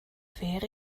wäre